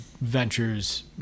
ventures